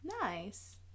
Nice